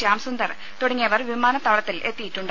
ശ്യാം സുന്ദർ തുടങ്ങിയവർ വിമാനത്താവളത്തിൽ എത്തിയിട്ടുണ്ട്